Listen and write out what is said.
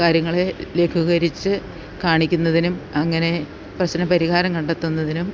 കാര്യങ്ങളെ ലഘൂകരിച്ച് കാണിക്കുന്നതിനും അങ്ങനെ പ്രശ്നം പരിഹാരം കണ്ടെത്തുന്നതിനും